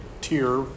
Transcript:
tier